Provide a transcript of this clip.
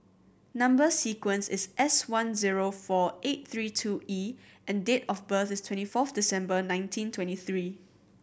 number sequence is S one zero four eight three two E and date of birth is twenty fourth December nineteen twenty three